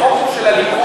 החוק הוא של הליכוד,